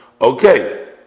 okay